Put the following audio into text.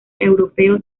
europeo